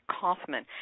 Kaufman